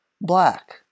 black